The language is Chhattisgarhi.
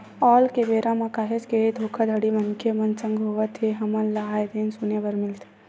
आल के बेरा म काहेच के धोखाघड़ी मनखे मन संग होवत हे हमन ल आय दिन सुने बर मिलथे